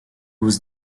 was